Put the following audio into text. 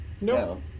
No